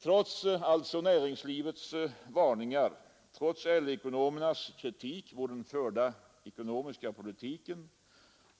Trots näringslivets varningar, trots LO-ekonomernas kritik mot den förda ekonomiska politiken,